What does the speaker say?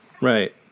right